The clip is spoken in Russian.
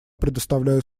предоставляю